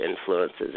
Influences